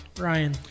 Ryan